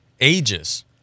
ages